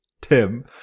Tim